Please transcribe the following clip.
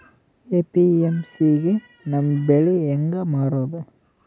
APMC ಗೆ ನಮ್ಮ ಬೆಳಿ ಹೆಂಗ ಮಾರೊದ?